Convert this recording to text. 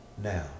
Now